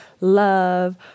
love